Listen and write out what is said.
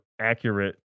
accurate